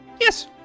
Yes